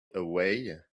away